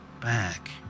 back